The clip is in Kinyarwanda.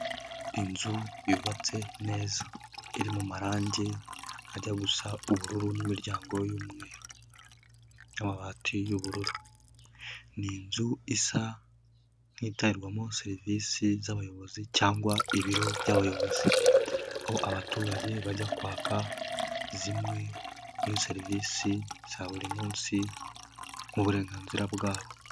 Inzu yubatse neza iri mu marange ajya gusa ubururu n'imiryango y'umweru, amabati y'ubururu. Ni inzu isa nk'itangirwamo serivisi z'abayobozi cyangwa ibiro by'abayobozi, aho abaturage bajya kwaka zimwe muri serivisi za buri munsi nk'uburenganzira bwabo.